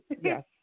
yes